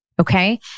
okay